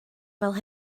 fel